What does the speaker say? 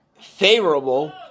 favorable